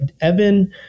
Evan